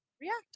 react